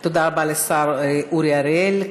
תודה רבה לשר אורי אריאל.